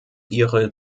ihre